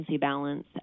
balance